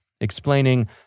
explaining